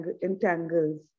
entangles